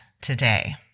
today